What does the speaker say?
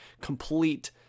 complete